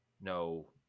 no